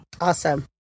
Awesome